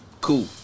Cool